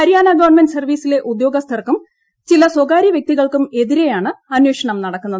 Haryana government സർവ്വീസിലെ ഉദ്യോഗസ്ഥർക്കും ചില സ്വകാര്യ വൃക്തികൾക്കും എതിരെയാണ് അന്വേഷണം നടക്കുന്നത്